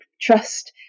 Trust